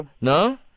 No